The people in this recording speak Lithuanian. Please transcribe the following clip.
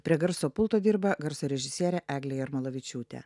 prie garso pulto dirba garso režisierė eglė jarmolavičiūtė